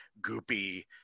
goopy